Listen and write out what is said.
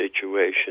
situation